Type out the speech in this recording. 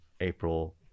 April